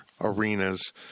arenas